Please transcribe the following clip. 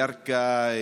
ירכא,